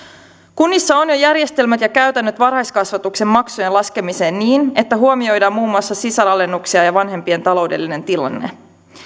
kunnissa on jo järjestelmät ja käytännöt varhaiskasvatuksen maksujen laskemiseen niin että huomioidaan muun muassa sisaralennuksia ja vanhempien taloudellinen tilanne